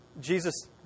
Jesus